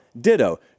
Ditto